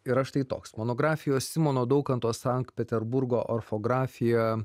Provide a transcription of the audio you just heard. yra štai toks monografijos simono daukanto sankt peterburgo orfografija